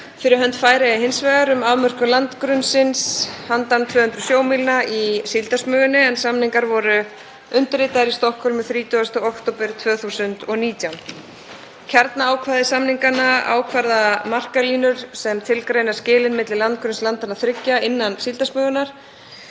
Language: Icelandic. fyrir hönd Færeyja hins vegar, um afmörkun landgrunnsins handan 200 sjómílna í Síldarsmugunni, en samningar voru undirritaðir í Stokkhólmi 30. október 2019. Kjarnaákvæði samninganna ákvarða markalínur sem tilgreina skilin milli landgrunns landanna þriggja innan Síldarsmugunnar.